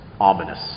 ominous